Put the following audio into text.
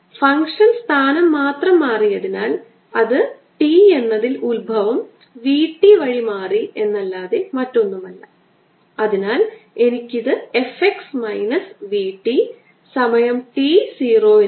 EE1E2 positive charge ചെയ്ത സിലിണ്ടറിന്റെ മധ്യത്തിൽ നിന്ന് R 1 ദൂരം ആയിരിക്കട്ടെ അതിനാൽ ഇത് വെക്റ്റർ R 1 ആണ്